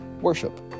worship